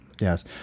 Yes